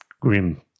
grim